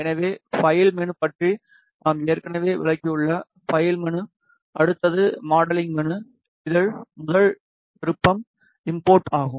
எனவே file menu பற்றி நாம் ஏற்கனவே விளக்கியுள்ள பைல் மெனு அடுத்தது மாடலிங் மெனு இதில் முதல் விருப்பம் இம்போர்ட் ஆகும்